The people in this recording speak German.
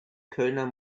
kölner